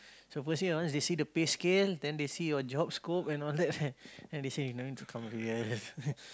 so first year once they see your pay scale then they see your job scope and all that then they say you don't need to come already